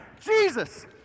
Jesus